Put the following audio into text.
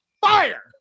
fire